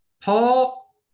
Paul